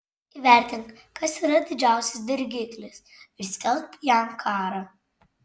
įvertink kas yra didžiausias dirgiklis ir skelbk jam karą